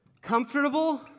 comfortable